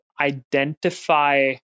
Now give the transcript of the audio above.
identify